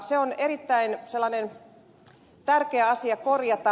se on sellainen erittäin tärkeä asia korjata